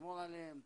לשמור עליהם,